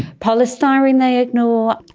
polystyrene they ignore,